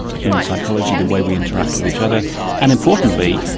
human psychology, the way we interact with each other and importantly,